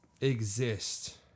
exist